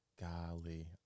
Golly